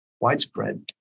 widespread